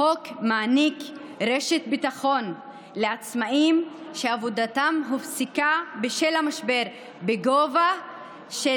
החוק מעניק רשת ביטחון לעצמאים שעבודתם הופסקה בשל המשבר בגובה של